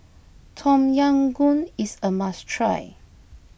Tom Yam Goong is a must try